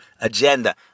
agenda